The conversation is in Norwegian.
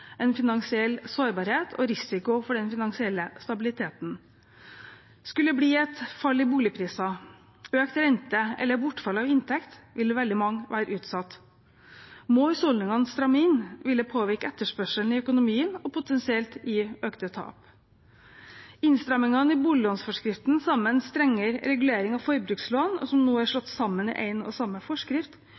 en finansiell sårbarhet og risiko for den finansielle stabiliteten. Skulle det bli et fall i boligprisene, økt rente eller bortfall av inntekt, ville veldig mange være utsatt. Må husholdningene stramme inn, vil det påvirke etterspørselen i økonomien og potensielt gi økte tap. Innstrammingene i boliglånsforskriften, sammen med strengere regulering av forbrukslån – dette er nå er slått sammen i én og samme forskrift